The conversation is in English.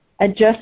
Adjust